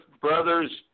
brothers